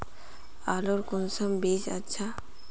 आलूर कुंसम बीज अच्छा?